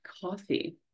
coffee